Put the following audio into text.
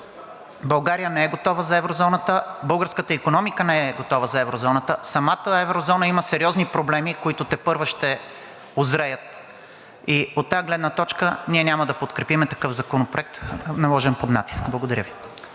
България не е готова за еврозоната, българската икономика не е готова за еврозоната. Самата еврозона има сериозни проблеми, които тепърва ще узреят, и от тази гледна точка ние няма да подкрепим такъв законопроект, наложен под натиск. Благодаря Ви.